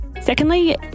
Secondly